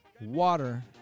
water